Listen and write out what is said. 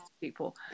people